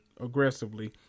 aggressively